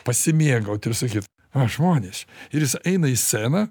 pasimėgaut ir sakyt a žmonės ir jis eina į sceną